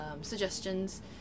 suggestions